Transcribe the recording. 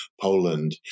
Poland